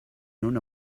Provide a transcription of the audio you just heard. known